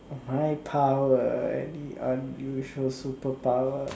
my power any unusual superpower uh